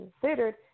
considered